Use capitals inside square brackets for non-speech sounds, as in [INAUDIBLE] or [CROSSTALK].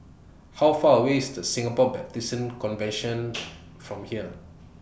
How Far away IS The Singapore Baptist Convention [NOISE] from here